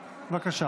בבקשה,